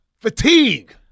Fatigue